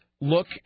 look